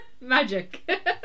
Magic